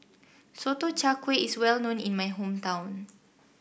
Sotong Char Kway is well known in my hometown